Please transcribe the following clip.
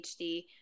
PhD